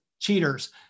cheaters